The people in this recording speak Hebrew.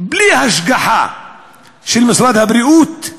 בלי השגחה של משרד הבריאות,